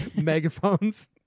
megaphones